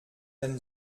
den